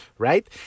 Right